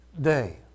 day